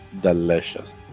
delicious